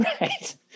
right